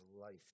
life